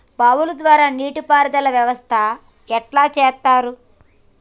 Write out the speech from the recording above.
బావుల ద్వారా నీటి పారుదల వ్యవస్థ ఎట్లా చేత్తరు?